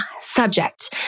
subject